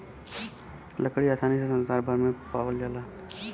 लकड़ी आसानी से संसार भर में पावाल जाला